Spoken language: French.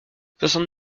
soixante